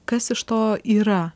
kas iš to yra